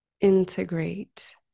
integrate